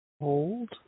hold